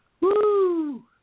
Woo